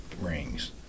rings